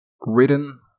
written